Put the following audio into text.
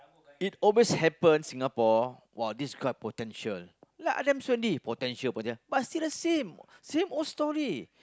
it always happen Singapore !wah! this club potential like potential potential but still the same same old story